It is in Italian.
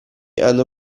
hanno